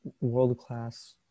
world-class